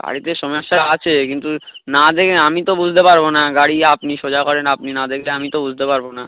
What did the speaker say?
গাড়িতে সমস্যা আছে কিন্তু না দেখে না আমি তো বুঝতে পারবো না গাড়ি আপনি সোজা করেন আপনি না দেখলে আমি তো বুঝতে পারবো না না